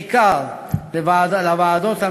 בעיקר לוועדות המשנה,